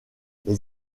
les